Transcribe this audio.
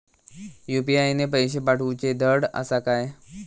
UPI ने पैशे पाठवूचे धड आसा काय?